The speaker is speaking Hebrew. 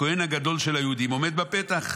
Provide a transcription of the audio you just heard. הכהן הגדול של היהודים עומד בפתח.